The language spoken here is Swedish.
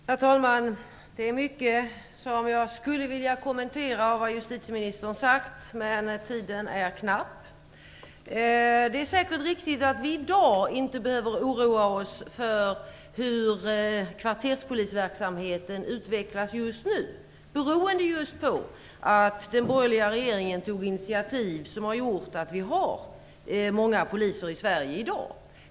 Herr talman! Det är mycket av det som justitieministern sagt som jag skulle vilja kommentera, men tiden är knapp. Det är säkert riktigt att vi i dag inte behöver oroa oss för hur kvarterspolisverksamheten utvecklas just nu beroende på att den borgerliga regeringen tog initiativ som har gjort att vi har många poliser i Sverige i dag.